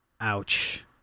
Ouch